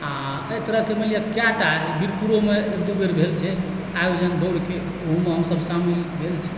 आओर एहि तरहके मानि लिअ कएक टा बीरपुरोमे एक दू बेर भेल छै आयोजन दौड़के ओहोमे हमसब सामेल भेल छी